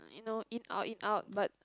you know in out in out but